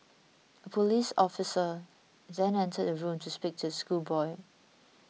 a police officer then entered the room to speak to the schoolboy